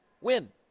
win